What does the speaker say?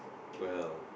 well